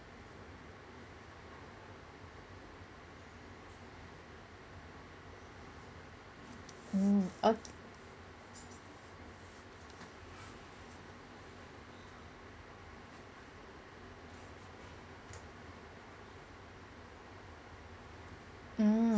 mm o~ mm